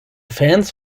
fans